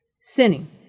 sinning